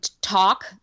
talk